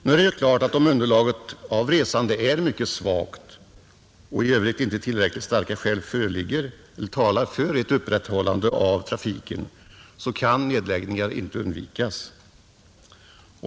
Nu är det ju klart att om underlaget av resande är mycket svagt och i övrigt inte tillräckligt starka skäl talar för ett upprätthållande av trafiken, så kan en nedläggning inte undvikas.